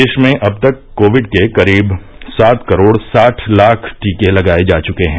देश में अब तक कोविड के करीब सात करोड़ साठ लाख टीके लगाय जा चुके हैं